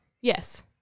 Yes